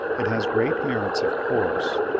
it has great merits of course,